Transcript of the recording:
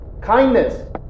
kindness